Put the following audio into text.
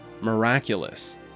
miraculous